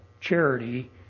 charity